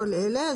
כל אלה.